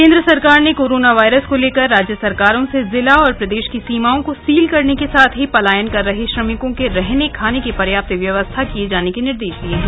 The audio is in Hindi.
केंद्र सरकार ने कोरोना वायरस को लेकर राज्य सरकारों से जिला और प्रदेश की सीमाओं को सील करने के साथ ही पलायन कर रहे श्रमिकों के रहने खाने की पर्याप्त व्यवस्था किये जाने के निर्देश दिये हैं